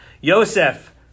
Yosef